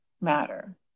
matter